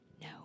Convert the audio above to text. no